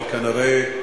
אבל כנראה,